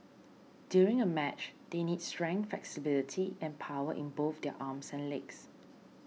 during a match they need strength flexibility and power in both their arms and legs